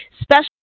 special